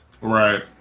Right